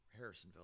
Harrisonville